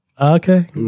okay